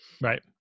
Right